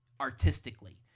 artistically